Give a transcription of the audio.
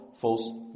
false